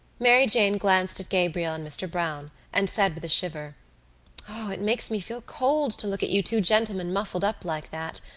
mary jane glanced at gabriel and mr. browne and said with a shiver it makes me feel cold to look at you two gentlemen muffled up like that.